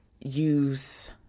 use